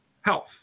health